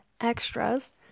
extras